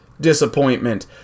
disappointment